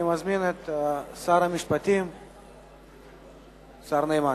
אני מזמין את שר המשפטים, השר יעקב נאמן.